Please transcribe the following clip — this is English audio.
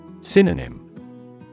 Synonym